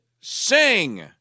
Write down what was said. sing